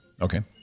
Okay